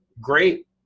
great